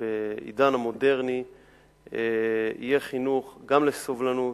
שבעידן המודרני יהיה חינוך גם לסובלנות,